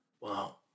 Wow